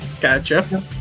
Gotcha